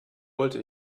wollte